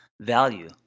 value